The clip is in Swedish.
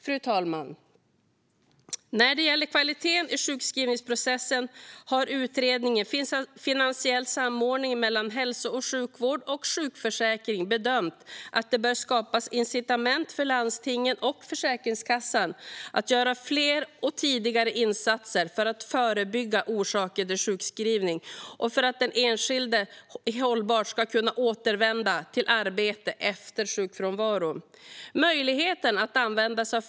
Fru talman! När det gäller kvaliteten i sjukskrivningsprocessen har Utredningen om finansiell samordning mellan hälso och sjukvård och sjukförsäkring bedömt att det bör skapas incitament för landstingen och Försäkringskassan att göra fler och tidigare insatser för att förebygga orsaker till sjukskrivning och för att den enskilde hållbart ska kunna återvända till arbete efter sjukfrånvaro.